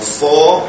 four